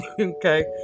Okay